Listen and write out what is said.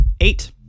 Eight